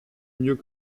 mieux